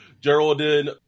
Geraldine